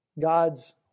God's